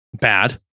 bad